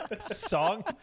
Song